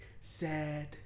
sad